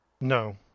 no